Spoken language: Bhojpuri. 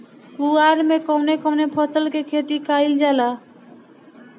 कुवार में कवने कवने फसल के खेती कयिल जाला?